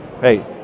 Hey